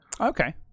Okay